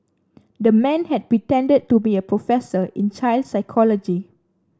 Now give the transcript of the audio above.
the man had pretended to be a professor in child psychology